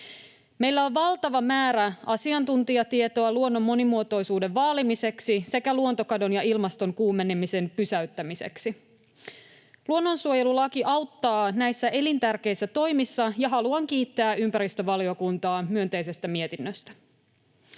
Meillä on valtava määrä asiantuntijatietoa luonnon monimuotoisuuden vaalimiseksi sekä luontokadon ja ilmaston kuumenemisen pysäyttämiseksi. Luonnonsuojelulaki auttaa näissä elintärkeissä toimissa, ja haluan kiittää ympäristövaliokuntaa myönteisestä mietinnöstä.